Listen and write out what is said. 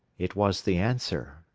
it was the answer,